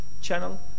channel